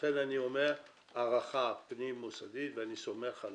לכן אני אומר "הערכה פנים מוסדית", ואני סומך על